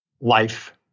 life